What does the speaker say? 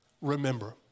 remember